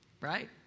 Right